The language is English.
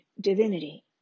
divinity